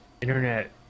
internet